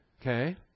Okay